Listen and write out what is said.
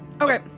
Okay